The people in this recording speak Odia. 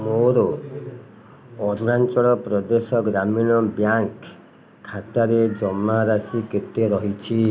ମୋର ଅରୁଣାଚଳ ପ୍ରଦେଶ ଗ୍ରାମୀଣ ବ୍ୟାଙ୍କ ଖାତାରେ ଜମାରାଶି କେତେ ରହିଛି